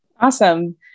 Awesome